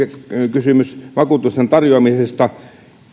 kysymys nimenomaan vakuutusten tarjoamisesta